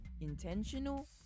intentional